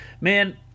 man